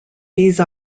these